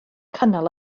cynnal